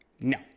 No